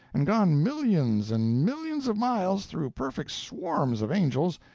and gone millions and millions of miles, through perfect swarms of angels,